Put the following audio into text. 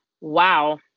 wow